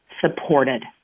supported